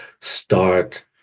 start